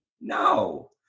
No